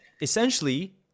essentially